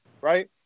right